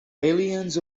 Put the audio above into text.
aliens